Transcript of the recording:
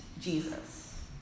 Jesus